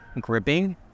gripping